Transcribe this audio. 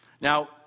Now